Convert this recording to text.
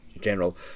general